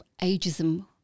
ageism